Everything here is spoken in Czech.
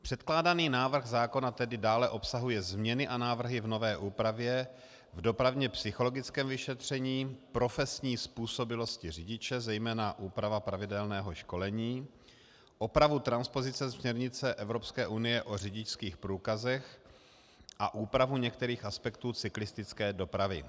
Předkládaný návrh zákona tedy dále obsahuje změny a návrhy v nové úpravě, v dopravně psychologickém vyšetření, profesní způsobilosti řidiče, zejména úpravu pravidelného školení, opravu transpozice směrnice Evropské unie o řidičských průkazech a úpravu některých aspektů cyklistické dopravy.